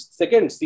second